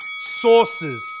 Sources